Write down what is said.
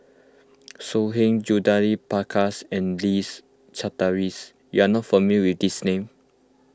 So Heng Judith Prakash and Charteris you are not familiar with these names